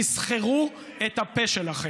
תסכרו את הפה שלכם.